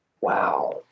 Wow